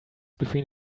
between